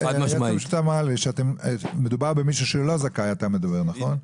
אתה מדבר על מישהו שהוא לא זכאי, נכון?